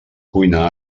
cuinar